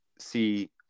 see